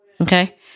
Okay